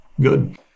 Good